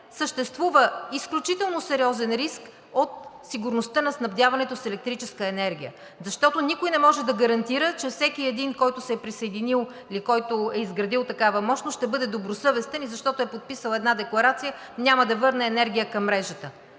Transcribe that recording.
съществува изключително сериозен риск от сигурността на снабдяването с електрическа енергия, защото никой не може да гарантира, че всеки един, който се е присъединил или който е изградил такава мощност, ще бъде добросъвестен и защото е подписал една декларация, няма да върне енергия към мрежата.